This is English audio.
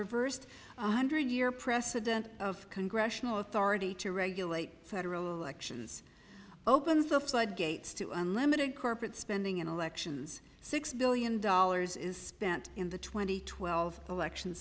reversed one hundred year precedent of congressional authority to regulate federal elections opens the floodgates to unlimited corporate spending in elections six billion dollars is spent in the twenty twelve election